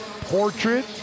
portrait